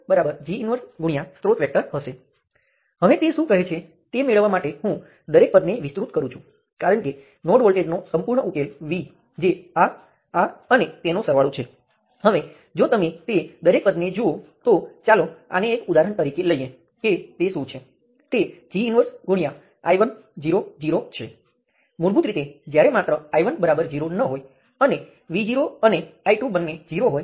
મેં અગાઉ જે કહ્યું હતું તે ચાલો કહીએ કે મારે સર્કિટમાં ક્યાંક Vx માપવાનું છે પછી હું તેને આ ત્રણમાંથી કેટલાક કેસ તરીકે વિચારીશ પહેલાંમાં માત્ર કરંટ સ્ત્રોત સક્રિય છે